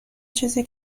چیزی